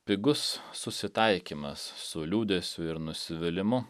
pigus susitaikymas su liūdesiu ir nusivylimu